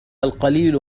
القليل